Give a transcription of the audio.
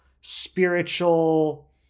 spiritual